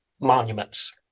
monuments